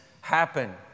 happen